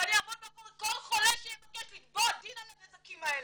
ואני אעמוד מאחורי כל חולה שיבקש לתבוע דין על הנזקים האלה.